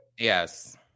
Yes